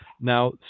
Now